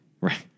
Right